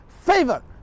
favor